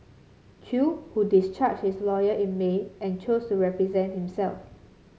chew who discharged his lawyer in May and chose to represent himself